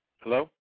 Hello